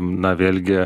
na vėlgi